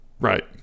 Right